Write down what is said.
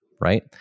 right